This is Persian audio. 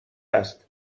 است